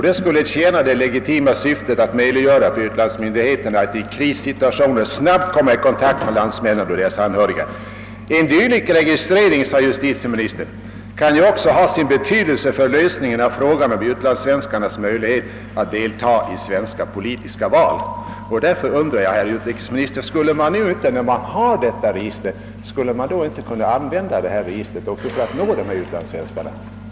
Detta tjänar det legitima syftet att möjliggöra för utlandsmyndigheternasatt i-krissituationer ——— snabbt komma i. kontakt med landsmännen och deras anhöriga. En dylik registrering kan ju också ha sin. betydelse: för lösningen ay. frågan om utlandssvenskarnas möjlighet att deltaga i svenska politiska val». Herr utrikesminister, nu undrar jag: När man alltså har. detta register, skulle det inte kunna användas också för att nå utlandssvenskarna?